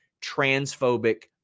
transphobic